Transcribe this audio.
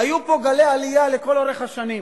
היו פה גלי עלייה לאורך כל השנים,